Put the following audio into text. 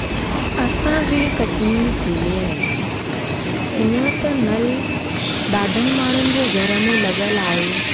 असांजी कटनी जिले में हूअं त नल ॾाढनि माण्हूनि जे घर में लॻियल आहे